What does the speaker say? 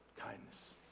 Kindness